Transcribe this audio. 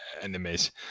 enemies